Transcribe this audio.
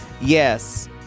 Yes